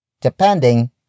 depending